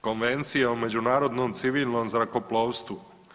Konvencije o međunarodnom civilnom zrakoplovstvu.